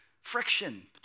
friction